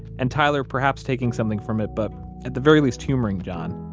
and tyler perhaps taking something from it, but at the very least humoring john,